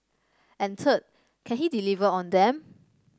and third can he deliver on them